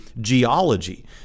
geology